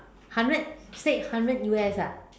hundred state hundred U_S ah